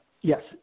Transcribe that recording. Yes